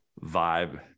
vibe